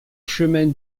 chemin